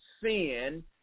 sin